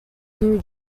new